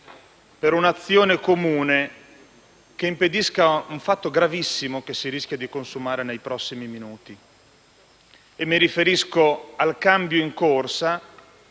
un'azione comune che impedisca un fatto gravissimo che rischia di consumarsi nei prossimi minuti. Mi riferisco al cambio in corsa